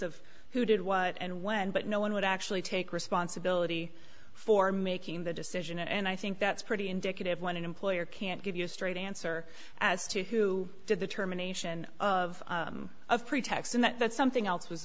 of who did what and when but no one would actually take responsibility for making the decision and i think that's pretty indicative one employer can't give you a straight answer as to who did the termination of a pretext and that something else was